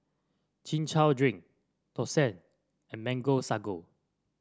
Chin Chow Drink Thosai and Mango Sago